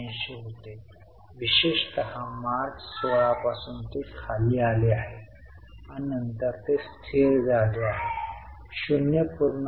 81 होते विशेषत मार्च16 पासून ते खाली आले आहे आणि नंतर ते स्थिर झाले आहे 0